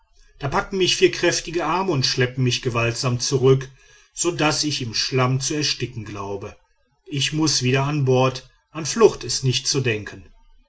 da packen mich vier kräftige arme und schleppen mich gewaltsam zurück so daß ich im schlamm zu ersticken glaube ich muß wieder an bord an flucht ist nicht zu denken